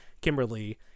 Kimberly